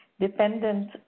dependent